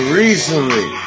recently